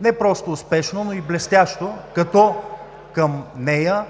не просто успешно, но и блестящо, като към нея…